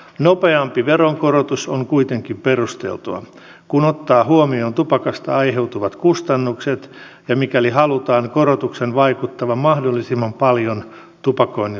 nopeampi veronkorotus on kuitenkin perusteltua kun ottaa huomioon tupakasta aiheutuvat kustannukset ja mikäli halutaan korotuksen vaikuttavan mahdollisimman paljon tupakoinnin lopettamiseen